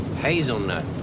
hazelnut